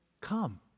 come